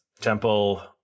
Temple